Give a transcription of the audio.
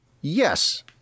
Yes